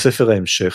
בספר ההמשך,